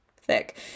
thick